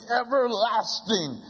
everlasting